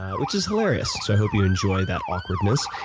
which is hilarious. so i hope you enjoy that awkwardness.